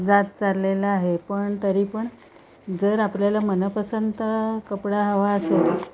जात चाललेला आहे पण तरी पण जर आपल्याला मनपसंत कपडा हवा असेल